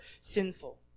sinful